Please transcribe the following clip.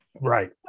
Right